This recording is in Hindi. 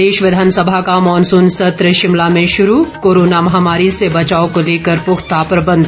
प्रदेश विधानसभा का मॉनसून सत्र शिमला में शुरू कोरोना महामारी से बचाव को लेकर पुख्ता प्रबंध